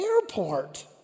airport